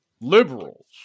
liberals